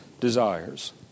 desires